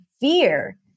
fear